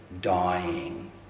dying